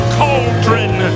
cauldron